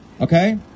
okay